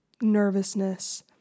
nervousness